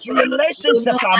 relationship